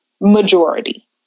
majority